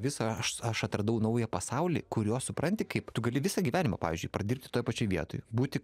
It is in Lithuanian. visą aš aš atradau naują pasaulį kuriuo supranti kaip tu gali visą gyvenimą pavyzdžiui pradirbti toj pačioj vietoj būti